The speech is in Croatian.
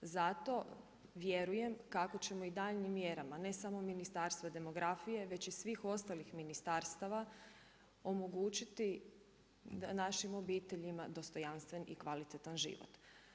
Zato vjerujem kako ćemo i daljnjim mjerama ne samo Ministarstva demografije već i svih ostalih ministarstava omogućiti našim obiteljima dostojanstven i kvalitetan život.